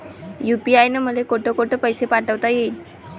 UPI न मले कोठ कोठ पैसे पाठवता येईन?